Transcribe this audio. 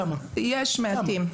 יש מעטים.